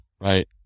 Right